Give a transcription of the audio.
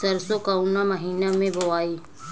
सरसो काउना महीना मे बोआई?